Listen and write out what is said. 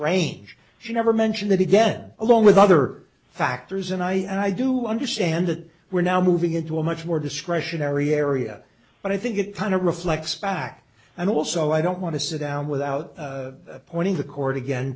range she never mentioned it again along with other factors and i and i do understand that we're now moving into a much more discretionary area but i think it kind of reflects back and also i don't want to sit down without pointing the cord again